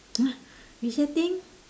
!huh! resetting